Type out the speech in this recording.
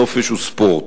נופש וספורט.